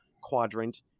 quadrant